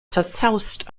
zerzaust